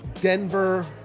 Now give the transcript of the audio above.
Denver